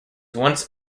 once